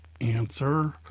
answer